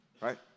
Right